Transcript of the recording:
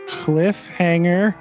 cliffhanger